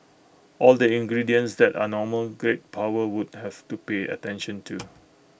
all the ingredients that are normal great power would have to pay attention to